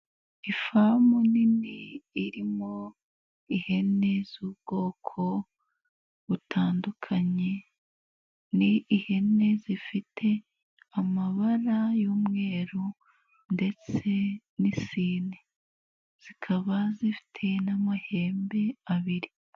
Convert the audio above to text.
Ifamu nini irimo ihene z'ubwoko butandukanye, ni ihene zifite amabara y'umweru ndetse n'isine, zikaba zifite n'amahembe abiri.